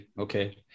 okay